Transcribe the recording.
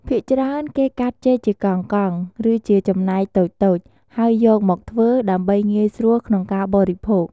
ភាគច្រើនគេកាត់ចេកជាកង់ៗ ឬជាចំណែកតូចៗ ហើយយកមកធ្វើ ដើម្បីងាយស្រួលក្នុងការបរិភោគ។